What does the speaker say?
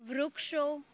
વૃક્ષો